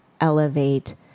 elevate